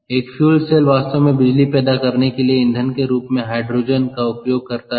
एक fuel cell वास्तव में बिजली पैदा करने के लिए ईंधन के रूप में हाइड्रोजन का उपयोग करता है